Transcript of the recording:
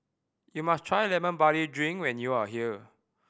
you must try Lemon Barley Drink when you are here